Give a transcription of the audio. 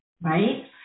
Right